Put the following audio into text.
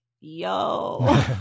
yo